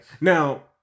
Now